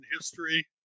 history